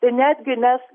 tai netgi mes